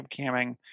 webcamming